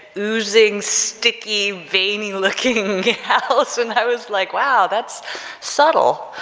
oozing, sticky, vein-y looking house and i was, like, wow, that's subtle.